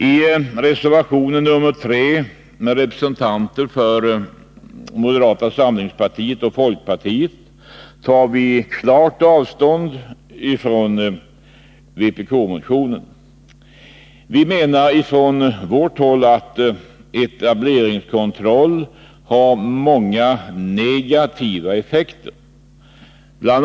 I reservation nr 3, bakom vilken står representanter för moderata samlingspartiet och folkpartiet, tas det klart avstånd från vpk-motionen. På vårt håll menar vi att etableringskontroll har många negativa effekter. Bl.